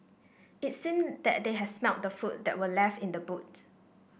it seemed that they had smelt the food that were left in the boot